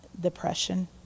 Depression